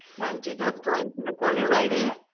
one teardrop going to the corner right there,